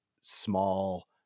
small